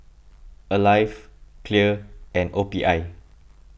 Alive Clear and O P I